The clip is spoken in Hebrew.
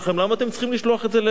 למה אתם צריכים לשלוח את זה לאפריקה?